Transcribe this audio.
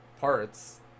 parts